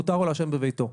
מותר לו לעשן בביתו.